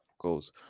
goes